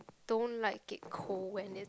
don't like it cold when it